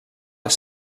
les